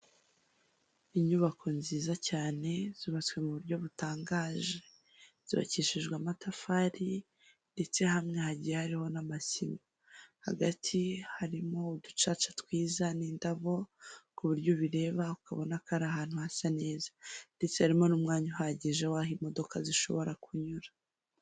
Inyubako nziza cyane zubatswe mu buryo butangaje, zubabakishijwe amatafari ndetse hamwe hagiye harihomo n'amasi, hagati harimo uducaca twiza n'indabo ku buryo ubireba ukabona ko ari ahantu hasa neza ndetse harimo n'umwanya uhagije w'aho imodoka zishobora kunyura.